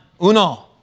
Uno